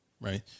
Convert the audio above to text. right